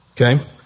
Okay